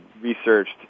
researched